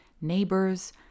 neighbors